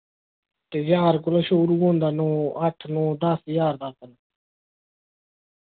ते ज्हार कोला शुरू होंदा नौ अट्ठ नौ दस ज्हार तक